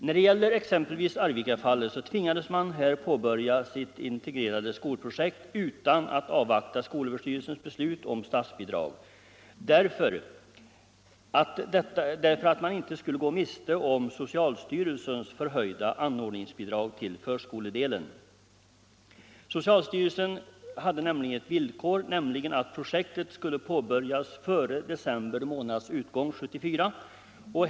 När det exempelvis gäller Arvikafallet tvingades man påbörja sitt integrerade skolprojekt utan att avvakta skolöverstyrelsens beslut om statsbidrag för att inte gå miste om socialstyrelsens förhöjda anordningsbidrag till förskoledelen. Från socialstyrelsen förelåg ett villkor, nämligen att projektet skulle påbörjas före december månads utgång 1974.